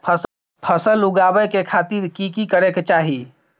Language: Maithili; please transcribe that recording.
फसल उगाबै के खातिर की की करै के चाही?